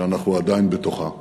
שאנחנו עדיין בתוכה,